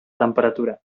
temperatura